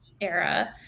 era